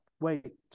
Wait